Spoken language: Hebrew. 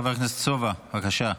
חבר הכנסת סובה, בבקשה.